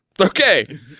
Okay